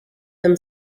them